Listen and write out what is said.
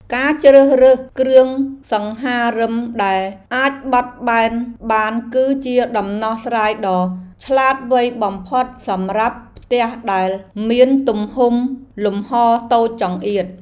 ការជ្រើសរើសគ្រឿងសង្ហារិមដែលអាចបត់បែនបានគឺជាដំណោះស្រាយដ៏ឆ្លាតវៃបំផុតសម្រាប់ផ្ទះដែលមានទំហំលំហរតូចចង្អៀត។